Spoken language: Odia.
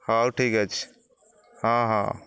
ହଉ ଠିକ୍ ଅଛି ହଁ ହଁ